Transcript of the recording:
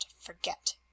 forget